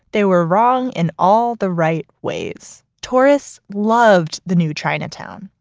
they were wrong in all the right ways. tourists loved the new chinatown.